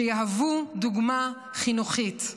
שיהוו דוגמה חינוכית.